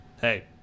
Hey